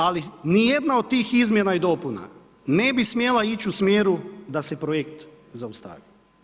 Ali, ni jedna od tih izmjena i dopuna, ne bi smijala ići u smjeru da se projekt zaustavi.